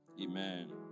Amen